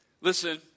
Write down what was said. Listen